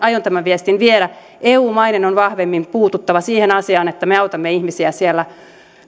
tämän viestin viedä eu maiden on vahvemmin puututtava siihen asiaan että me autamme ihmisiä siellä